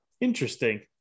Interesting